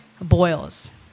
boils